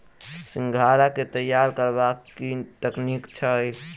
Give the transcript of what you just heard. सिंघाड़ा केँ तैयार करबाक की तकनीक छैक?